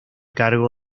cargo